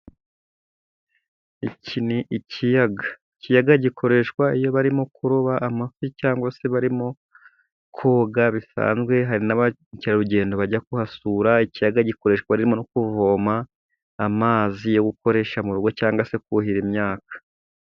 Iki ni ikiyaga, ikiyaga gikoreshwa iyo barimo kuroba amafi cyangwa se barimo koga bisanzwe, hari n'abakerarugendo bajya kuhasura. Ikiyaga gikoreshwa harimo no kuvoma amazi yo gukoresha mu rugo cyangwa se kuhira imyaka.